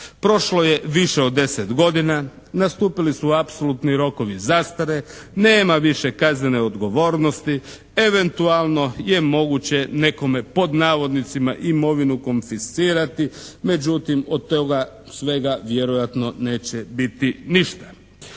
Prošlo je više od 10 godina, nastupili su apsolutni rokovi zastare, nema više kaznene odgovornosti, eventualno je moguće nekome, pod navodnicima, "imovinu konfiscirati" međutim od toga svega vjerojatno neće biti ništa.